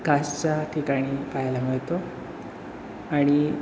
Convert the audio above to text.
कासच्या ठिकाणी पाहायला मिळतो आणि